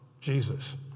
Jesus